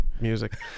music